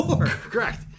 Correct